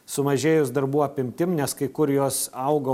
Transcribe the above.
sumažėjus darbų apimtim nes kai kur jos augo